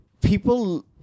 people